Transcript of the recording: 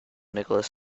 nicholas